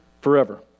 forever